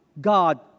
God